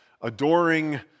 adoring